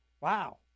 Wow